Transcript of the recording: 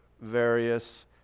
various